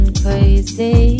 crazy